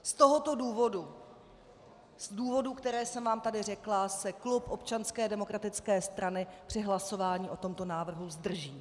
Z tohoto důvodu, z důvodů, které jsem vám tady řekla, se klub Občanské demokratické strany při hlasování o tomto návrhu zdrží.